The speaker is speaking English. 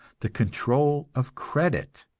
the control of credit.